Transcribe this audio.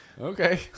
okay